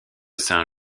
saint